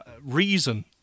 reason